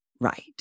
right